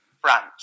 France